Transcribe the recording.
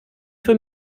für